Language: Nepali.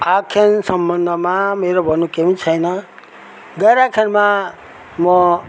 आख्यान सम्बन्धमा मेरो भन्नु केही पनि छैन गैर आख्यानमा म